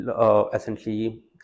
Essentially